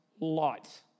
light